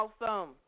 Awesome